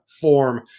form